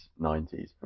90s